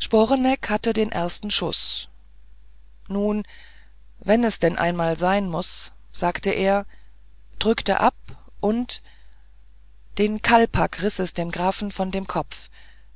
sporeneck hatte den ersten schuß nun wenn es denn einmal sein muß sagte er drückte ab und den kalpak riß es dem grafen von dem kopf